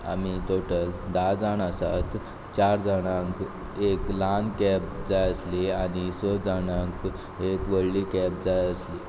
आमी टोटल धा जाण आसात चार जाणांक एक ल्हान कॅब जाय आसली आनी स जाणांक एक व्हडली कॅब जाय आसली